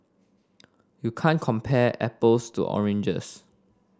you can't compare apples to oranges